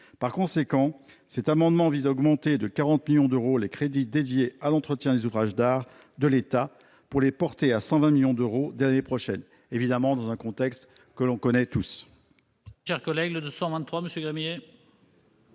Par conséquent, cet amendement vise à augmenter de 40 millions d'euros les crédits dédiés à l'entretien des ouvrages d'art de l'État, pour les porter à 120 millions d'euros dès l'année prochaine, dans un contexte, évidemment, que l'on connaît tous.